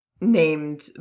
named